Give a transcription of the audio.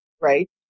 Right